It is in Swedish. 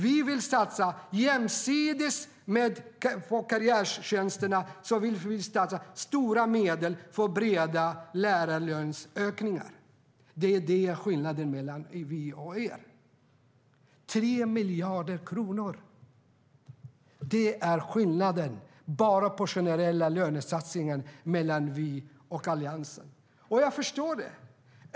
Vi vill jämsides med karriärtjänsterna satsa stora medel på breda lärarlöneökningar. Det är skillnaden mellan oss och er. 3 miljarder kronor är skillnaden bara på den generella lönesatsningen mellan oss och Alliansen. Jag förstår.